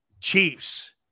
Chiefs